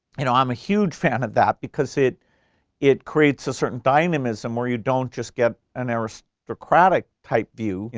you know i'm a huge fan of that because it it creates a certain dynamism where you don't just get an aristocratic type view. you